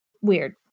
weird